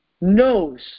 knows